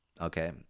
okay